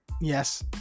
yes